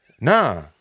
Nah